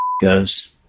goes